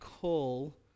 call